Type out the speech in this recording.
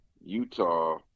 Utah